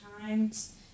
times